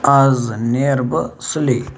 آز نیرٕ بہٕ سُلی